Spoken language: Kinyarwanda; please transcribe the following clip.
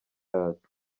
yacu